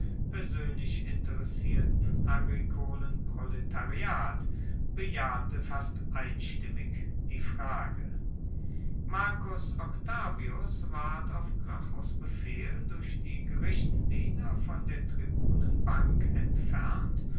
persönlich interessierten agrikolen proletariat bejahte fast einstimmig die frage marcus octavius ward auf gracchus befehl durch die gerichtsdiener von der tribunenbank entfernt